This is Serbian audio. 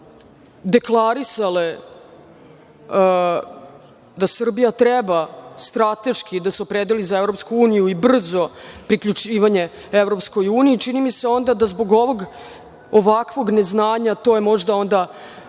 su deklarisane da Srbija treba strateški da se opredeli za EU i brzo priključivanje EU, čini mi se da zbog ovog ovakvog neznanja, to je možda onda